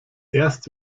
erst